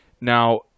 now